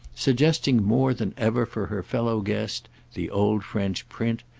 suggesting more than ever for her fellow guest the old french print,